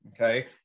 Okay